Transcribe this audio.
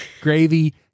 gravy